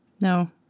No